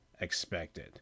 expected